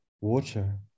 water